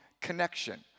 connection